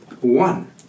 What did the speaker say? One